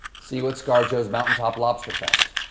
see you at scarjo's mountaintop lobster-fest.